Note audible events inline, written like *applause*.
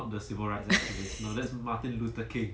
*laughs*